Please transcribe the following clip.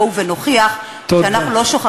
בואו ונוכיח -- תודה.